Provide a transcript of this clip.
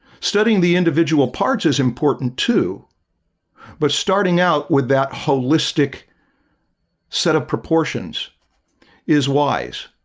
studying the individual parts is important, too but starting out with that holistic set of proportions is wise